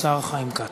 השר חיים כץ.